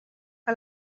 que